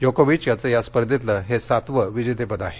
योकोविच याचं या स्पर्धेतलं हे सातवं विजेतेपद आहे